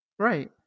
Right